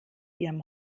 ihrem